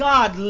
God